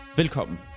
velkommen